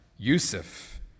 Yusuf